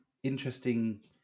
interesting